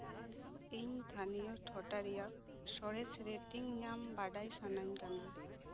ᱤᱧ ᱛᱷᱟᱱᱤᱭᱚ ᱴᱚᱴᱷᱟ ᱨᱮᱭᱟᱜ ᱥᱚᱨᱮᱥ ᱨᱮᱴᱤᱝ ᱧᱟᱢ ᱵᱟᱰᱟᱭ ᱥᱟᱱᱟᱧ ᱠᱟᱱᱟ